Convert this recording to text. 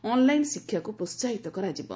online ଶିକ୍ଷାକୁ ପ୍ରୋସାହିତ କରାଯିବ